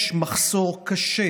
יש מחסור קשה